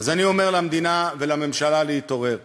אז אני אומר למדינה ולממשלה להתעורר.